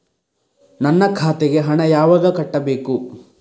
ನನ್ನ ಖಾತೆಗೆ ಹಣ ಯಾವಾಗ ಕಟ್ಟಬೇಕು?